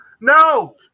no